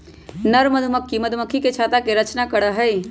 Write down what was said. नर मधुमक्खी मधुमक्खी के छत्ता के रचना करा हई